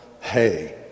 Hey